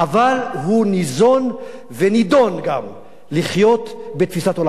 אבל הוא ניזון ונידון גם לחיות בתפיסת עולם משיחית.